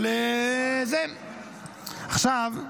אבל זה --- עכשיו,